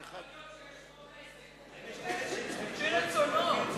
האם יש באולם חבר כנסת שהצביע לפי רצונו?